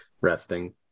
resting